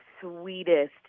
sweetest